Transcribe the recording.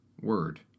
word